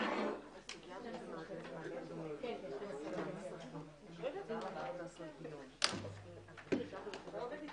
בשעה 11:54.